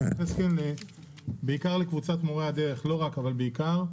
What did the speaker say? אתייחס בעיקר לקבוצת מורי הדרך, לא רק אבל בעיקר,